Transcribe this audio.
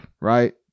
right